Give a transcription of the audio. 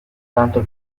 tanto